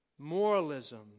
Moralism